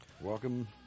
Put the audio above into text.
Welcome